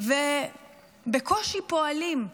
ובקושי פועלים.